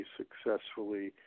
successfully